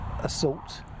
Assault